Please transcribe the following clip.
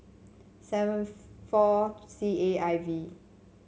seven four C A I V